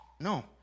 No